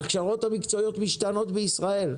ההכשרות המקצועיות משתנות בישראל,